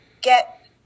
get